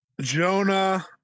Jonah